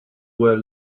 where